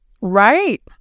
right